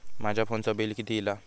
माझ्या फोनचा बिल किती इला?